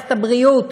במערכת הבריאות,